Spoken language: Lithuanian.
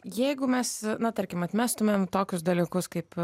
jeigu mes na tarkim atmestumėm tokius dalykus kaip